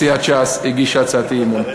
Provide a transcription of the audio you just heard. סיעת ש"ס הגישה הצעת אי-אמון,